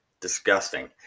Disgusting